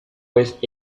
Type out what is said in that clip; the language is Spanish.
vez